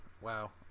Wow